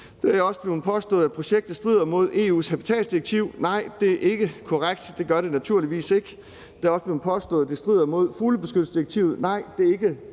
Det er også blevet påstået, at projektet strider mod EU's habitatdirektiv. Nej, det er ikke korrekt; det gør det naturligvis ikke. Det er også blevet påstået, at det strider mod fuglebeskyttelsesdirektivet. Nej, det er ikke korrekt;